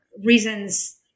reasons